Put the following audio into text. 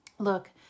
Look